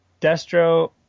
Destro